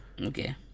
Okay